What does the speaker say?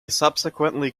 subsequently